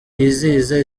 yizihiza